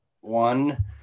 one